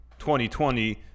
2020